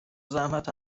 زحمت